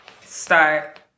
start